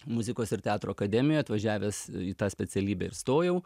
muzikos ir teatro akademiją atvažiavęs į tą specialybę ir stojau